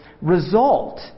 Result